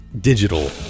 digital